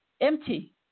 empty